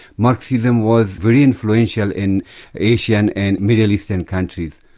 marxism was very influential in asia and and middle eastern countries.